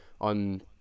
on